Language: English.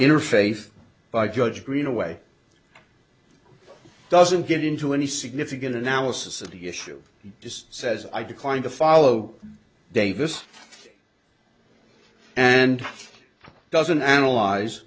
interface by judge greenaway doesn't get into any significant analysis of the issue just says i decline to follow davis and doesn't analyze